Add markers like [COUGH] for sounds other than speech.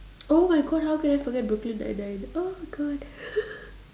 oh my god how can I forget Brooklyn-ninety-nine oh god [LAUGHS]